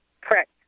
Correct